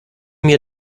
mir